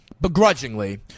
Begrudgingly